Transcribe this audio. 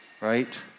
right